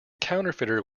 counterfeiter